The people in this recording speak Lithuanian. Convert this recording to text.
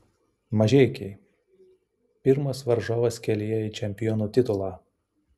mažeikiai pirmas varžovas kelyje į čempionų titulą